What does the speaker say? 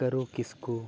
ᱠᱟᱹᱨᱩ ᱠᱤᱥᱠᱩ